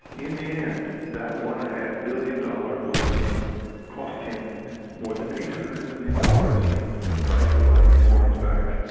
in the end that one and a half billion dollar loan cost him more than eight hundred million dollars, in the price for buying these warrants back,